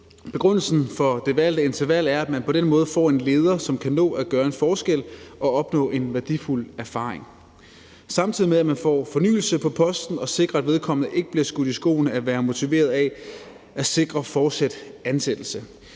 Begrundelsen for det valgte interval er, at man på den måde får en leder, som kan nå at gøre en forskel og opnå en værdifuld erfaring, samtidig med at man får fornyelse på posten og sikrer, at vedkommende ikke bliver skudt i skoene at være motiveret af at sikre fortsat ansættelse.